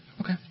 Okay